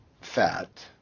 fat